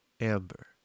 amber